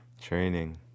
Training